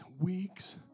weeks